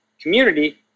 community